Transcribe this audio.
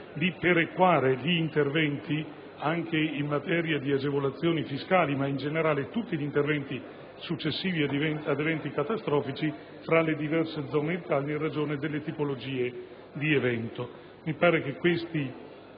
di perequare gli interventi in materia di agevolazioni fiscali e, in generale, tutti gli interventi successivi ad eventi catastrofici tra le diverse zone d'Italia in ragione delle tipologie di evento. Mi pare che questi